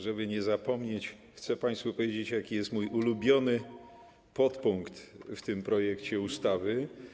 Żeby nie zapomnieć, chcę państwu powiedzieć, jaki jest mój ulubiony podpunkt w tym projekcie ustawy.